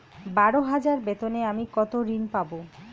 বারো হাজার বেতনে আমি কত ঋন পাব?